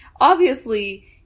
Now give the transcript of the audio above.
Obviously-